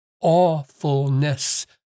awfulness